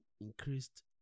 increased